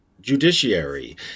judiciary